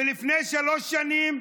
ולפני שלוש שנים,